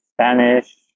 Spanish